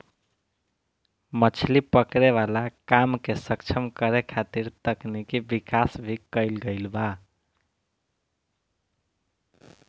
मछली पकड़े वाला काम के सक्षम करे खातिर तकनिकी विकाश भी कईल गईल बा